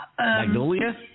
Magnolia